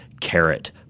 carrot